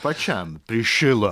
pačiam prišilo